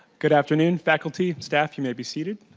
good afternoon. faculty, staff you may be seated.